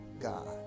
god